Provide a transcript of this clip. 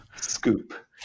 scoop